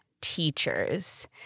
teachers